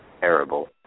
terrible